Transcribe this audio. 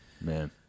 Man